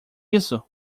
isso